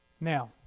Now